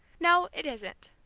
no, it isn't,